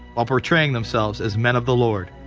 while portraying themselves as men of the lord.